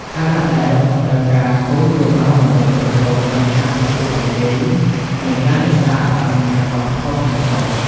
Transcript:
ខណៈដែលក៏ត្រូវការគោលនយោបាយដើម្បីគ្រប់គ្រងបញ្ហាប្រកួតប្រជែង និងការរក្សាអត្តសញ្ញាណវប្បធម៌ក្នុងស្រុក។